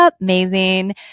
amazing